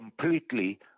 completely